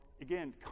again